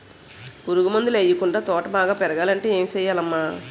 పురుగు మందులు యెయ్యకుండా తోట బాగా పెరగాలంటే ఏ సెయ్యాలమ్మా